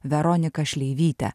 veroniką šleivytę